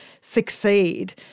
succeed